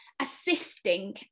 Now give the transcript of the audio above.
assisting